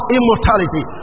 Immortality